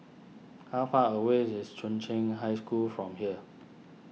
how far away is Chung Cheng High School from here